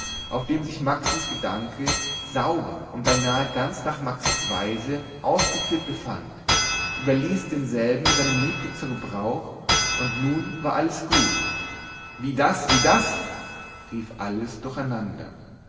auf dem sich maxens gedanke sauber und zwar beinahe ganz nach maxens weise ausgeführt befand überließ denselben seinem liebling zum gebrauch und nun war alles gut wie das wie das rief alles durcheinander